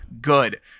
good